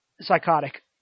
psychotic